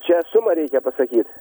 šią sumą reikia pasakyt